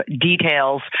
details